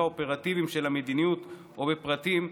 האופרטיביים של המדיניות או בפרטים,